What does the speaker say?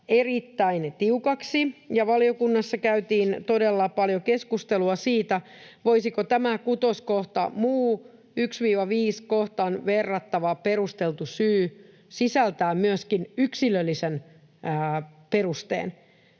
erittäin tiukaksi. Valiokunnassa käytiin todella paljon keskustelua siitä, voisiko tämä kuutoskohta, ”muu 1—5 kohtaan verrattava perusteltu syy” sisältää myöskin yksilöllisen perusteen.